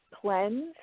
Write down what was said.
Cleanse